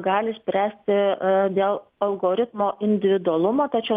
gali spręsti dėl algoritmo individualumo tačiau